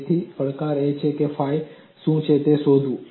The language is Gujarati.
તેથી પડકાર એ છે કે ફાઈ શું છે તે શોધવું